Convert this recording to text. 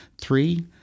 Three